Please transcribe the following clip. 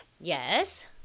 Yes